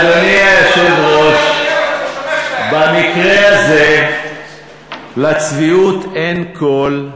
אדוני היושב-ראש, במקרה הזה לצביעות אין קול,